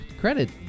credit